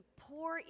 pour